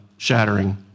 shattering